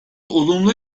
olumlu